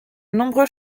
nombreux